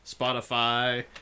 spotify